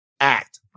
Act